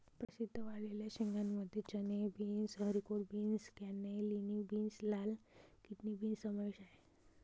प्रसिद्ध वाळलेल्या शेंगांमध्ये चणे, beans, haricot beans, cannellini beans, लाल किडनी बीन्स समावेश आहे